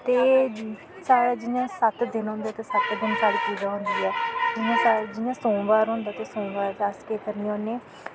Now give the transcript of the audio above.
ते साढ़ै जियां सत्त दिन होंदे सत्त दिन साढ़ै पूजा होंदी ऐ जियां सोमबार होंदा ते लोमबार अस केह् करने होन्ने